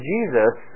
Jesus